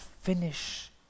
finish